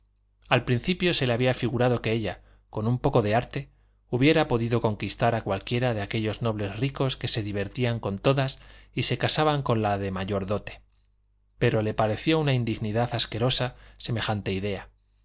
al principio se le había figurado que ella con un poco de arte hubiera podido conquistar a cualquiera de aquellos nobles ricos que se divertían con todas y se casaban con la de mayor dote pero le pareció una indignidad asquerosa semejante idea